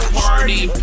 party